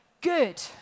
good